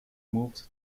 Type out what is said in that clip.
moved